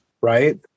right